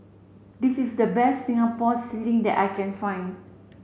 this is the best Singapore sling that I can find